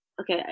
okay